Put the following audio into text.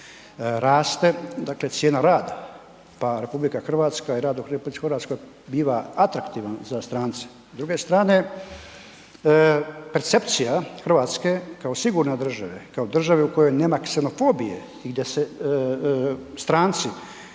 razvoj, raste cijena rada pa RH i rad u RH biva atraktivan za strance. S druge strane percepcija Hrvatske kao sigurne države, kao države u kojoj nema ksenofobije i gdje se stranci